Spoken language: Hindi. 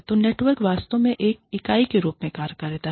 तो नेटवर्क वास्तव में एक इकाई के रूप में कार्य करता है